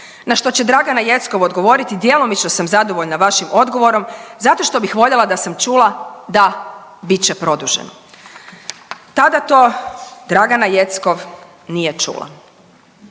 Na što će Dragana Jeckov odgovoriti, djelomično sam zadovoljna vašim odgovorom zato što bih voljela da sam čula da, bit će produženo. Tada to Dragana Jeckov nije čula.